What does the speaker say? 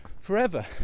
forever